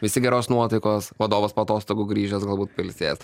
visi geros nuotaikos vadovas po atostogų grįžęs galbūt pailsėjęs